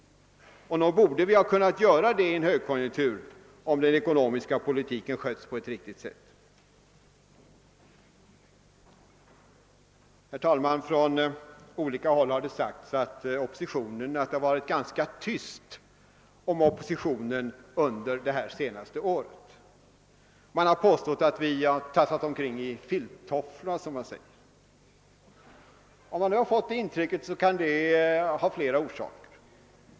Och nog borde vi ha kunnat göra det i en högkonjunktur, om den ekonomiska politiken hade skötts på ett riktigt sätt. Från olika håll har sagts att det har varit ganska tyst om oppositionen under det senaste året. Man har påstått att vi har tassat omkring i filttofflorna, som man uttrycker det. Om man har fått ett sådant intryck, så kan det ha flera orsaker.